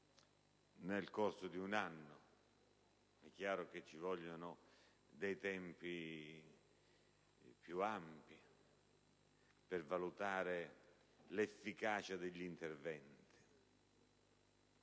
nel corso di un anno. È evidente che ci vogliono tempi più ampi per valutare l'efficacia degli interventi,